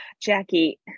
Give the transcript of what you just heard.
Jackie